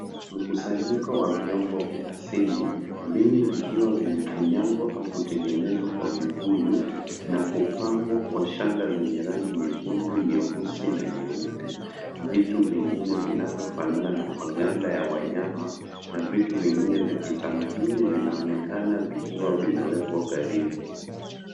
Mkusanyiko wa vyombo vya asili, vingi vikiwa vimefinyangwa au kutengenezwa kwa vibuyu na kupambwa kwa shanga zenye rangi nyekundu, nyeusi na nyeupe. Vitu vingine vinavyofanana na maganda ya wanyama na vitu vingine vya kitamaduni vinaonekana vikiwa vimewekwa karibu.